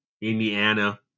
Indiana